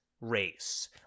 race